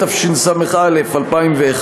התשס"א 2001,